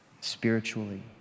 spiritually